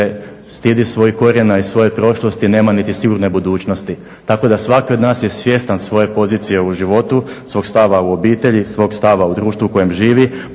stidi svojih korijena i svoje prošlosti nema niti sigurne budućnosti. Tako da svatko od nas je svjestan svoje pozicije u životu, svog stava u obitelji, svog stava u društvu u kojem živi